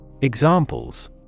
Examples